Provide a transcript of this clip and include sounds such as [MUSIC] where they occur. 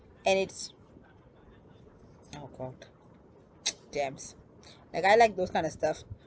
and it's oh god [NOISE] like I like those kind of stuff